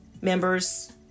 members